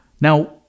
Now